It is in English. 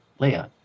Leia